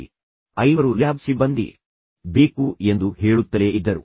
ಹೀಗಾಗಿ ಐವರು ಲ್ಯಾಬ್ ಸಿಬ್ಬಂದಿ ಬೇಕು ಎಂದು ಹೇಳುತ್ತಲೇ ಇದ್ದರು